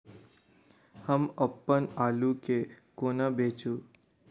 हम अप्पन आलु केँ कोना बेचू?